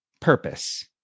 purpose